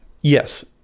Yes